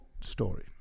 story